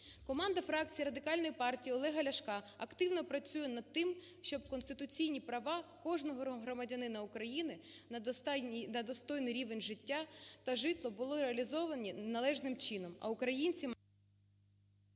Команда фракції Радикальної партії Олега Ляшка активно працює над тим, щоб конституційні права кожного громадянина України на достойний рівень життя та житло були реалізовані належним чином,